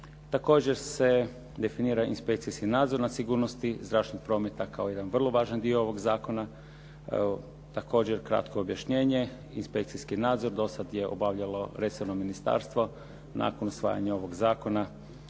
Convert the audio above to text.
Također se definira inspekcijski nadzor nad sigurnosti zračnog prometa kao jedan vrlo važan dio ovog zakona. Također, kratko objašnjenje. Inspekcijski nadzor do sad je obavljalo resorno ministarstvo, nakon usvajanja ovog zakona,